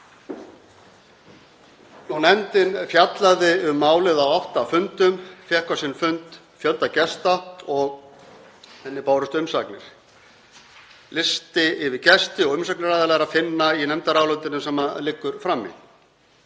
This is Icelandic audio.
Nefndin fjallaði um málið á átta fundum, fékk á sinn fund fjölda gesta og henni bárust umsagnir. Lista yfir gesti og umsagnaraðila er að finna í nefndarálitinu sem liggur frammi.